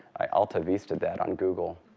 i alta vista'd that on google.